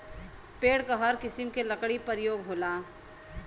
पेड़ क हर किसिम के लकड़ी परयोग होला